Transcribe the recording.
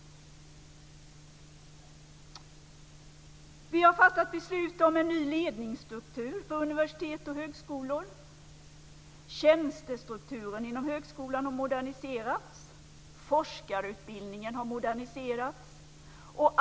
Vi har fattat beslut om en ny ledningsstruktur för universitet och högskolor. Tjänstestrukturen inom högskolan har moderniserats. Forskarutbildningen har moderniserats.